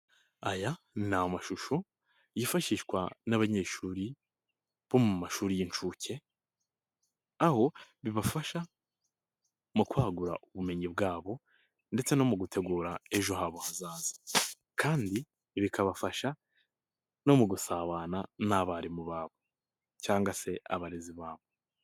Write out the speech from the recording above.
Aya ni amashusho yifashishwa n'abanyeshuri bo mu mashuri y'incuke, aho bibafasha mu kwagura ubumenyi bwabo ndetse no mu gutegura ejo habo hazaza. Kandi bikabafasha no mu gusabana n'abarimu babo cyangwa se abarezi babo.